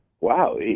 wow